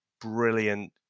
brilliant